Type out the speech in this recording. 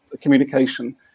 communication